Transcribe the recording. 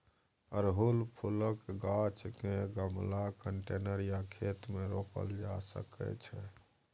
अड़हुल फुलक गाछ केँ गमला, कंटेनर या खेत मे रोपल जा सकै छै